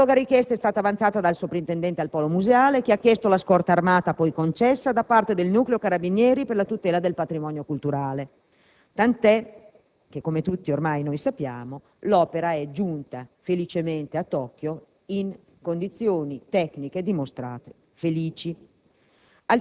Analoga richiesta è stata avanzata dal Soprintendente al polo museale, che ha chiesto la scorta armata, poi concessa, da parte del nucleo carabinieri per la tutela del patrimonio culturale, tant'è che, come tutti ormai sappiamo, l'opera è giunta a Tokyo in condizioni tecniche dimostratesi felici.